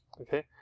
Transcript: okay